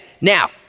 Now